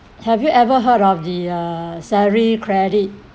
have you ever heard of the uh salary credit